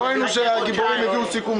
לא ראינו שהגיבורים הביאו סיכום טוב.